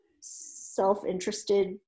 self-interested